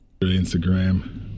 Instagram